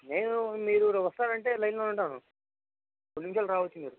నేను మీరు వస్తాను అంటే లైన్లో ఉంటాను రెండు నిమిషాలలో రావచ్చు మీరు